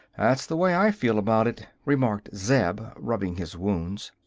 that's the way i feel about it, remarked zeb, rubbing his wounds.